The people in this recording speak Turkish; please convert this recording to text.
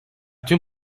tüm